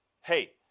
hey